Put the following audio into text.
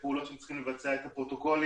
פרופ'